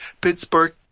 Pittsburgh